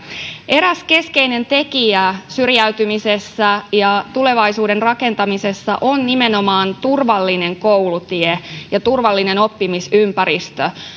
eräs keskeinen tekijä syrjäytymisen ehkäisyssä ja tulevaisuuden rakentamisessa on nimenomaan turvallinen koulutie ja turvallinen oppimisympäristö